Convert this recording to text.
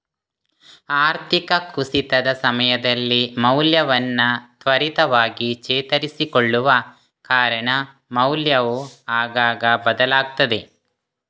ಆರ್ಥಿಕ ಕುಸಿತದ ಸಮಯದಲ್ಲಿ ಮೌಲ್ಯವನ್ನ ತ್ವರಿತವಾಗಿ ಚೇತರಿಸಿಕೊಳ್ಳುವ ಕಾರಣ ಮೌಲ್ಯವು ಆಗಾಗ ಬದಲಾಗ್ತದೆ